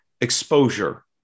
exposure